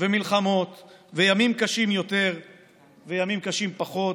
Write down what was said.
מלחמות וימים קשים יותר וימים קשים פחות,